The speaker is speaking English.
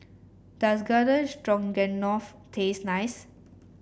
does Garden Stroganoff taste nice